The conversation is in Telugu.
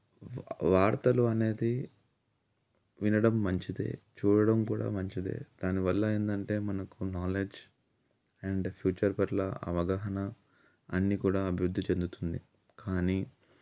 వార్తలు అనేది వినడం మంచిదే చూడడం కూడా మంచిదే దానివల్ల ఏంటంటే మనకు నాలెడ్జ్ అండ్ ఫ్యూచర్ పట్ల అవగాహన అన్నీ కూడా అభివృద్ధి చెందుతుంది కానీ